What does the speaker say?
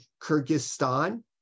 Kyrgyzstan